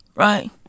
right